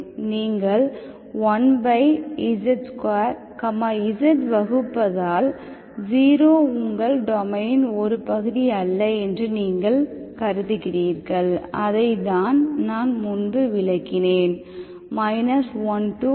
நீங்கள் 1z2 z வகுப்பதால் 0 உங்கள் டொமைனின் ஒரு பகுதி அல்ல என்று நீங்கள் கருதுகிறீர்கள் அதைத்தான் நான் முன்பு விளக்கினேன் 1 to 1